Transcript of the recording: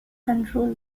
control